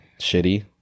shitty